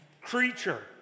creature